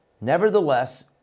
nevertheless